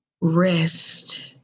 rest